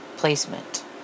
placement